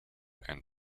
and